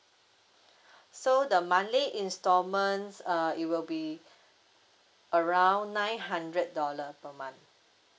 so the monthly instalments uh it will be around nine hundred dollar per month